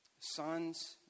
Sons